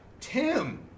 Tim